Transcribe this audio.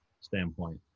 standpoint